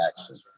action